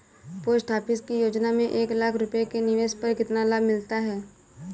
Post office की योजना में एक लाख रूपए के निवेश पर कितना लाभ मिलता है?